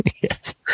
Yes